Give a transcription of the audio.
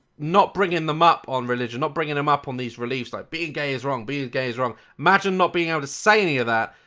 not bringing them up on religion. not bringing them up on these beliefs. like, being gay is wrong. being gay is wrong. imagine not being able to say any of that.